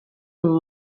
amb